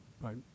right